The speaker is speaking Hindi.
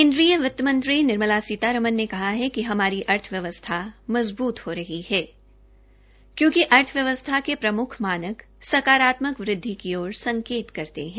केन्द्रीय वित्त मंत्री निर्मल सीतारमन ने कहा है कि हमारी अर्थव्यवस्था मजबूत हो रही है कयोंकि अर्थव्यवस्था के प्रम्ख मानक सकारात्मक वृद्धि की ओर संकेत करते है